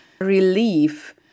Relief